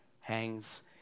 hangs